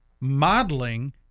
modeling